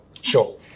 Sure